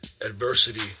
adversity